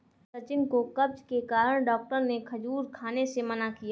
सचिन को कब्ज के कारण डॉक्टर ने खजूर खाने से मना किया